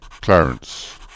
Clarence